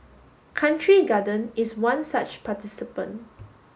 Country Garden is one such participant